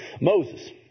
Moses